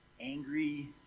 angry